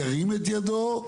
ירים את ידו.